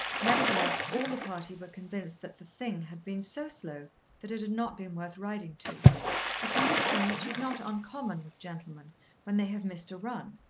nevertheless all the party were convinced that the thing had been so slow that it had not been worth riding to a conviction which is not uncommon with gentlemen when they have missed a run.